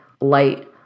light